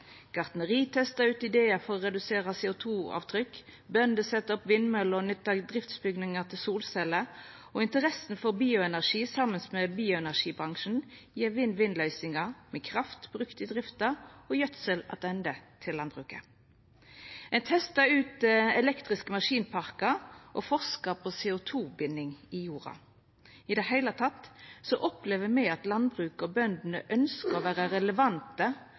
Gartneri testar ut idear for å redusera CO 2 -avtrykk, bønder set opp vindmøller og nyttar driftsbygningar til solceller, og interessa for bioenergi saman med bioenergibransjen gjev vinn-vinn-løysingar, med kraft brukt i drifta og gjødsel attende til landbruket. Ein testar ut elektriske maskinparkar og forskar på CO 2 -binding i jorda. I det heile opplever me at landbruket og bøndene ønskjer å vera relevante